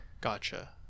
Gotcha